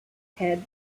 head